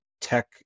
tech